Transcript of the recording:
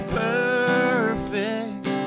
perfect